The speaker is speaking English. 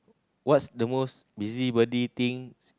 what's the most busybody thing